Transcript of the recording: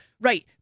Right